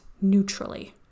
neutrally